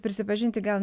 prisipažinti gal